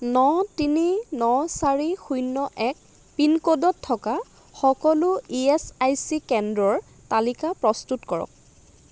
ন তিনি ন চাৰি শূন্য় এক পিনক'ডত থকা সকলো ই এচ আই চি কেন্দ্ৰৰ তালিকা প্ৰস্তুত কৰক